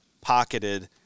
pocketed